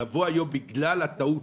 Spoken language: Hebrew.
לבוא היום, בגלל הטעות,